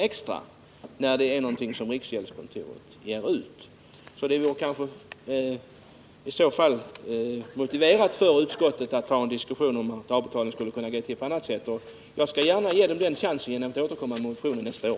extra, när det gäller någonting som riksgäldskontoret ger ut? Det vore kanske motiverat för utskottet att diskutera om avbetalningsköpen skulle kunna gå till på annat sätt, och jag skall gärna ge utskottet en chans genom att återkomma med en motion nästa år.